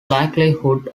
likelihood